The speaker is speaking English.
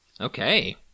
Okay